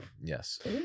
Yes